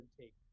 take